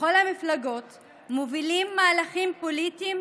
מכל המפלגות מובילים מהלכים פוליטיים,